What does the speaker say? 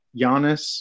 Giannis